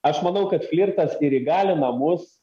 aš manau kad flirtas ir įgalina mus